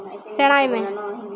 ᱥᱮᱬᱟᱭ ᱢᱮ